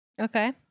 Okay